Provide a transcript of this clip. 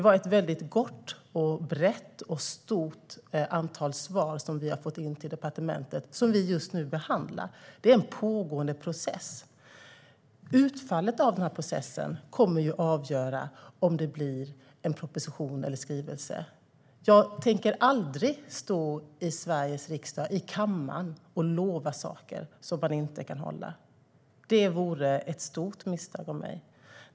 Vi på departementet har fått in ett antal korta, breda eller omfattande svar som vi just nu behandlar. Det är en pågående process. Utfallet av denna process kommer att avgöra om det blir en proposition eller en skrivelse. Jag tänker aldrig stå i kammaren i Sveriges riksdag och lova saker som jag inte kan hålla. Det vore ett stort misstag av mig.